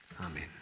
Amen